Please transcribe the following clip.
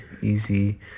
easy